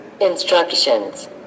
instructions